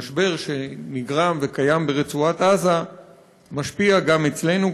משבר שנגרם וקיים ברצועת עזה משפיע גם אצלנו.